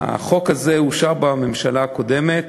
החוק הזה אושר בממשלה הקודמת